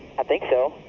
i think so.